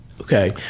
Okay